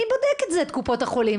מי בודק את זה, את קופות החולים?